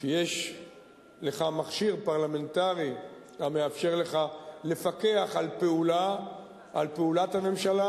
שיש לך מכשיר פרלמנטרי המאפשר לך לפקח על פעולת הממשלה,